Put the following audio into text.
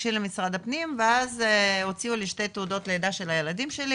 תיגשי למשרד הפנים ואז הוציאו לי שתי תעודות לידה של הילדים שלי,